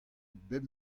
bep